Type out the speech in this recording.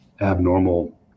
abnormal